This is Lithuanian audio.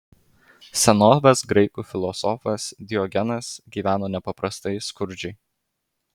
senovės graikų filosofas diogenas gyveno nepaprastai skurdžiai